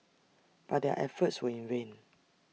but their efforts were in vain